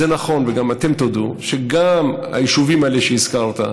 זה נכון, וגם אתם תודו, שגם היישובים האלה שהזכרת,